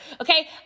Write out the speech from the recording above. Okay